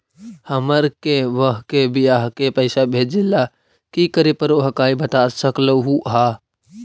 हमार के बह्र के बियाह के पैसा भेजे ला की करे परो हकाई बता सकलुहा?